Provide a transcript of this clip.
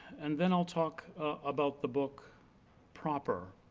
and then i'll talk about the book proper.